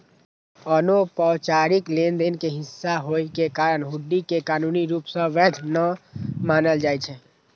अनौपचारिक लेनदेन के हिस्सा होइ के कारण हुंडी कें कानूनी रूप सं वैध नै मानल जाइ छै